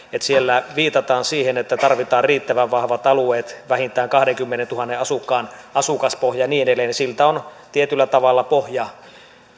siellä viitataan siihen että tarvitaan riittävän vahvat alueet vähintään kahteenkymmeneentuhanteen asukkaan asukaspohja ja niin edelleen on tietyllä tavalla pohja